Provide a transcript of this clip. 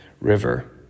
river